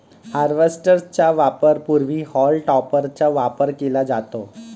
harvester च्या वापरापूर्वी haulm टॉपरचा वापर केला जातो